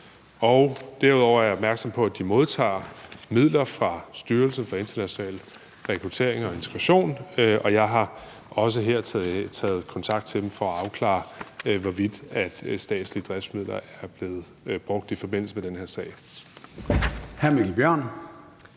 Derudover er jeg opmærksom på, at de modtager midler fra Styrelsen for International Rekruttering og Integration, og jeg har også taget kontakt til dem for at afklare, hvorvidt statslige driftsmidler er blevet brugt i forbindelse med den her sag.